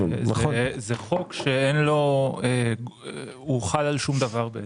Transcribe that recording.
זה חוק שחל על שום דבר.